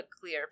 clear